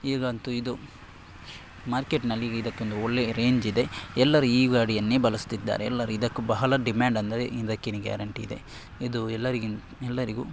ಈಗಂತೂ ಇದು ಮಾರ್ಕೆಟಿನಲ್ಲಿ ಇದಕ್ಕೊಂದು ಒಳ್ಳೆಯ ರೇಂಜಿದೆ ಎಲ್ಲರೂ ಈ ಗಾಡಿಯನ್ನೇ ಬಳಸ್ತಿದ್ದಾರೆ ಎಲ್ಲರೂ ಇದಕ್ಕೆ ಬಹಳ ಡಿಮ್ಯಾಂಡ್ ಅಂದರೆ ಇದಕ್ಕೇನೇ ಗ್ಯಾರಂಟಿ ಇದೆ ಇದು ಎಲ್ಲರಿಗಿನ ಎಲ್ಲರಿಗೂ